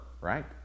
right